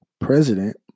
president